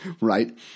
right